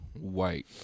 white